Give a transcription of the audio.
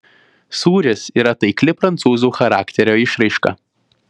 sūris yra taikli prancūzų charakterio išraiška